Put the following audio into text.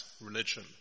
religion